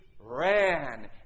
Ran